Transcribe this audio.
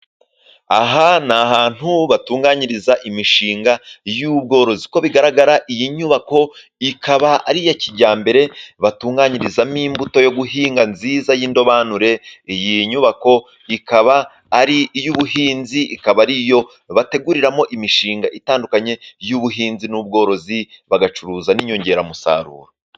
Aha ni ahantu batunganyiriza imishinga y'ubworozi, uko bigaragara iyi nyubako ikaba ari iya kijyambere, batunganyirizamo imbuto yo guhinga nziza y'indobanure, iyi nyubako ikaba ari iy'ubuhinzi ikaba ari iyo bateguriramo imishinga itandukanye y'ubuhinzi n'ubworozi, bagacuruza n'inyongeramusaruro.